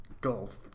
Golf